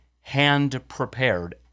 hand-prepared